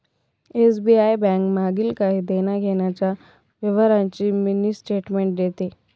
SBI bank मागील काही देण्याघेण्याच्या व्यवहारांची मिनी स्टेटमेंट देते